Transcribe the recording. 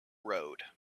road